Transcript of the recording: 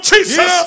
Jesus